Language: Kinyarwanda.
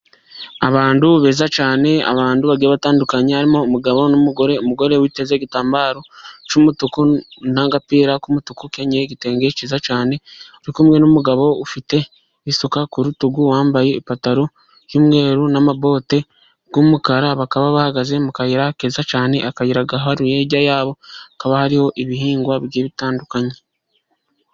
Abantu beza cyane, abantu bagiye batandukanye harimo umugabo n'umugore, umugore witeze igitambaro cy'umutuku n'agapira k'umutuku, ukenyeye igitenge cyiza cyane uri kumwe n'umugabo ufite isuka ku rutugu wambaye ipantaro y'umweru n'abote y'umukara, bakaba bahagaze mu kayira keza cyane, akayira agaharu hirya yaho hariho ibihingwa bitandukanye.